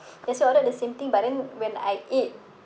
that's why we ordered the same thing but then when I eat